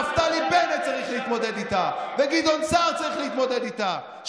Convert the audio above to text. נפתלי בנט צריך להתמודד איתה וגדעון סער צריך להתמודד איתה,